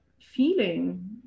feeling